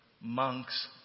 monks